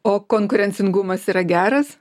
o konkurencingumas yra geras